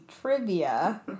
trivia